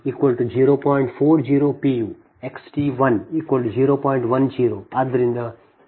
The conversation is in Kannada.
2857 p